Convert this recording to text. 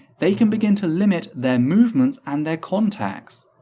they can begin to limit their movements and their contacts.